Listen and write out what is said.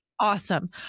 Awesome